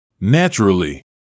Naturally